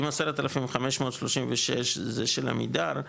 אם 10,536 זה של עמידר,